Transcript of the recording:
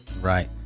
right